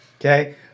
Okay